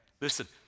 Listen